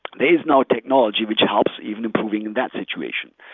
there's now a technology which helps even improving in that situation.